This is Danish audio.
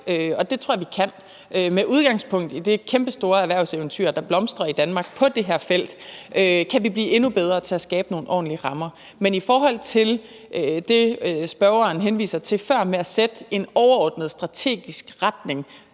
Jeg tror, at vi med udgangspunkt i de kæmpestore erhvervseventyr, der blomstrer i Danmark på det her felt, kan blive endnu bedre til skabe nogle ordentlige rammer. Men i forhold til det, spørgeren henviste til før, nemlig at sætte en overordnet strategisk retning